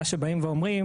מה שבאים ואומרים,